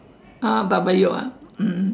uh but but you want mm